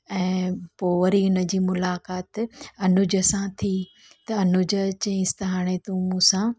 ऐं पोइ वरी हिनजी मुलाक़ात अनुज सां थी त अनुज चयांइसि त हाणे तूं मूंसां